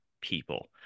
people